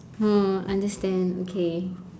oh understand okay